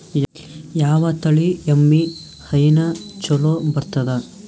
ಯಾವ ತಳಿ ಎಮ್ಮಿ ಹೈನ ಚಲೋ ಬರ್ತದ?